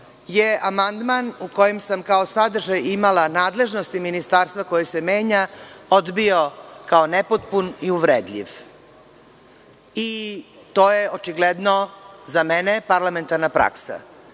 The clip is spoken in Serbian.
je amandman, u kojem sam kao sadržaj imala nadležnosti ministarstva koje se menja, odbio kao nepotpun i uvredljiv. To je očigledno za mene parlamentarna praksa.